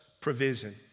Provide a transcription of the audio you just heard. provision